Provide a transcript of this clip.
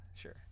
sure